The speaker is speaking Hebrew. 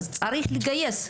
אז צריך לגייס.